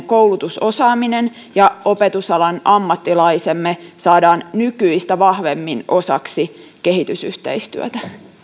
koulutusosaaminen ja opetusalan ammattilaisemme saadaan nykyistä vahvemmin osaksi kehitysyhteistyötä